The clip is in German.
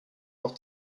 noch